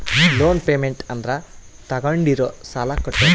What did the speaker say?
loan payment ಅಂದ್ರ ತಾಗೊಂಡಿರೋ ಸಾಲ ಕಟ್ಟೋದು